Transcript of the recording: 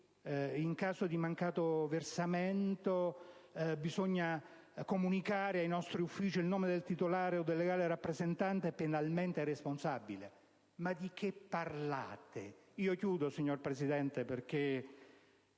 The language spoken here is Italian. in caso di mancato versamento, occorre comunicare agli uffici il nome del titolare o del legale rappresentante penalmente responsabile. Ma di cosa parlate! Concludo, signor Presidente, perché